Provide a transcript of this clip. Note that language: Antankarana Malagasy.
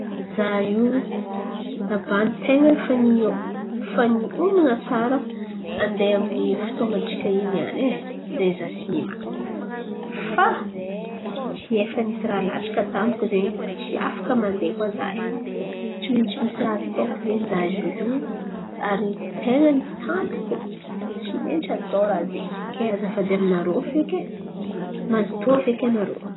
Za io lambady ten̈a ten̈a fa nihoman̈a tsary andeha amy ny fotoan̈a tsika in̈y niany e, andeha hizaha sinema. Fa tsy fa nisy raha latsaka tampoko izen̈y tsy afaka mandeha izen̈y koa za e, tsy maintsy misy raha atôko izen̈y za ziô io, ary ten̈a ny tampoko, tsy maintsy atô raha zen̈y. Kay azafady aminarô feky mazotoa feky anarô.